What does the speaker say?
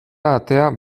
atea